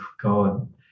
God